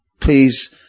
Please